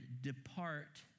depart